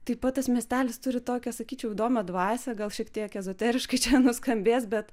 taip pat tas miestelis turi tokią sakyčiau įdomią dvasią gal šiek tiek ezoterikai čia nuskambės bet